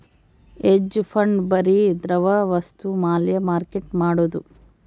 hedge fund ಬರಿ ದ್ರವ ವಸ್ತು ಮ್ಯಾಲ ಮಾರ್ಕೆಟ್ ಮಾಡೋದು